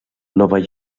nova